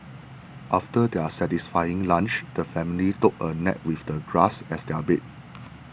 after their satisfying lunch the family took a nap with the grass as their bed